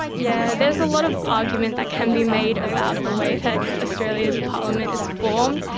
yeah, there's a lot of argument that can be made about the way that australia's parliament is formed,